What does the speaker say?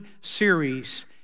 series